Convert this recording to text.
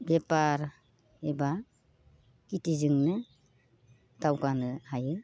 बेफार एबा खेथिजोंनो दावगानो हायो